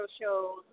shows